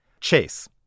Chase